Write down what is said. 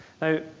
Now